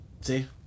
see